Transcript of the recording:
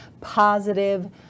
positive